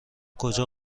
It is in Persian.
کجا